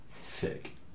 Sick